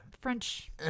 french